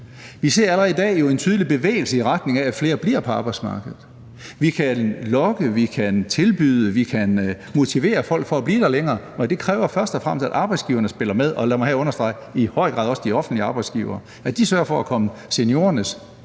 Vi ser jo allerede i dag en tydelig bevægelse i retning af, at flere bliver på arbejdsmarkedet. Vi kan lokke, vi kan tilbyde, vi kan motivere folk til at blive der længere, men det kræver først og fremmest, at arbejdsgiverne spiller med – og lad mig her understrege: i høj grad også de offentlige arbejdsgivere – at de sørger for at komme seniorernes